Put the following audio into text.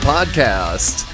Podcast